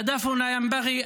------ מה עם סרבנות רפואית,